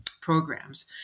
programs